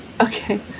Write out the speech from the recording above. Okay